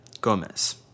Gomez